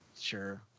sure